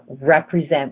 represent